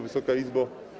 Wysoka Izbo!